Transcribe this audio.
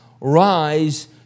rise